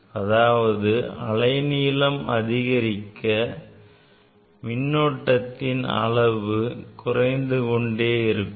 அதாவது அலை நீளம் அதிகரிக்க மின்னோட்டத்தின் அளவு குறைந்து கொண்டே செல்கிறது